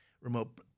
remote